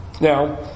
Now